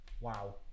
wow